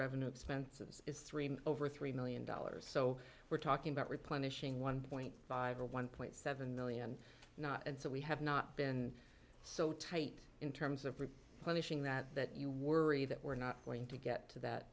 revenue expenses is three over three million dollars so we're talking about replenishing one point five or one point seven million not and so we have not been so tight in terms of punishing that that you worry that we're not going to get to that